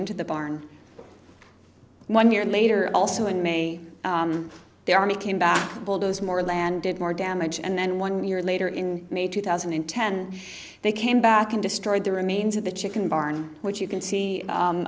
into the barn one year later also in may the army came back bulldoze more land did more damage and then one year later in may two thousand and ten they came back and destroyed the remains of the chicken barn which you can see